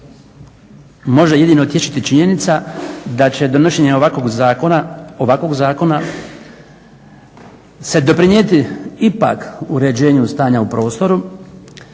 može jedino tješiti činjenica da će donošenje ovakvog zakona, ovakvog zakona se doprinijeti ipak uređenju stanja u prostoru,